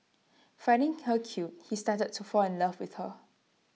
finding her cute he started to fall in love with her